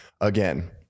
Again